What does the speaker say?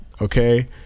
okay